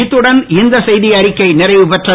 இத்துடன் இந்த செய்தியறிக்கை நிறைவுபெறுகிறது